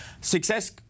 Success